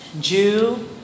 Jew